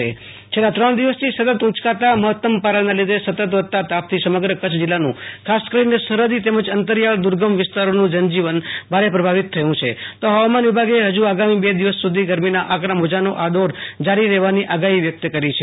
આશુ તોષ અંતાણી હવા માનક ચ્છ છેલ્લા ત્રણ દિવસથી સતત ઊંચકાતા મહત્તમ પારાના લીધે સતત વધતા તાપથી સમગ્ર કચ્છ જીલ્લાનું ખાસ કરીને સરફદી તેમજ અંતરીયાળ દુર્ગમ વિસ્તારોનું જનજીવન ભારે પ્રભાવિત થયુ છે તો હવામાન વિભાગે ફજુ આગામી બે દિવસ સુધી ગરમીના આકરા મોજાંનો આ દોર જારી રહેવાની આગાહી વ્યક્ત કરી છે